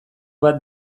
bat